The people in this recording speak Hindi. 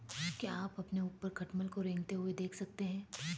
क्या आप अपने ऊपर खटमल को रेंगते हुए देख सकते हैं?